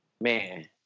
man